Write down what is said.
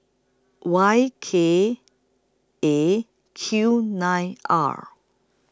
Y K A Q nine R